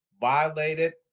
violated